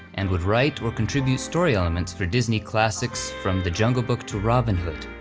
and would write or contribute story elements for disney classics from the jungle book to robin hood.